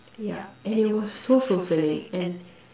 yeah and it was so fulfilling and